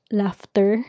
laughter